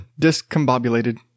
discombobulated